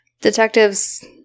Detectives